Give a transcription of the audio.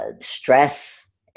stress